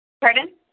Pardon